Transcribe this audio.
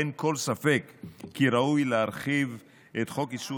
אין כל ספק כי ראוי להרחיב את חוק איסור